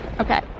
okay